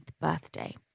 birthday